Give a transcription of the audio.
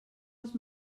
els